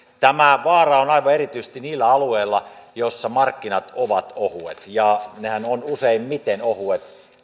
tämä vaara on aivan erityisesti niillä alueilla joilla markkinat ovat ohuet ja nehän ovat useimmiten ohuet